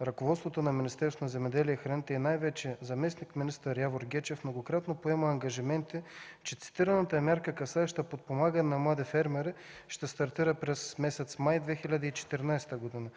ръководството на Министерството на земеделието и храните и най-вече заместник-министър Явор Гечев многократно поема ангажименти, че цитираната мярка, касаеща подпомагане на млади фермери, ще стартира през месец май 2014 г.